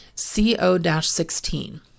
CO-16